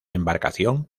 embarcación